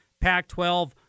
Pac-12